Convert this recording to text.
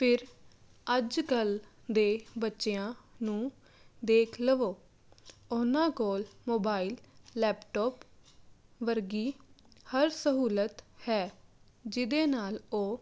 ਫਿਰ ਅੱਜ ਕੱਲ੍ਹ ਦੇ ਬੱਚਿਆਂ ਨੂੰ ਦੇਖ ਲਵੋ ਉਹਨਾਂ ਕੋਲ ਮੋਬਾਈਲ ਲੈਪਟੋਪ ਵਰਗੀ ਹਰ ਸਹੂਲਤ ਹੈ ਜਿਹਦੇ ਨਾਲ ਉਹ